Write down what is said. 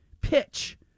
pitch